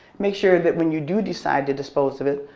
make sure that when you do decide to dispose of it,